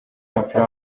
w’umupira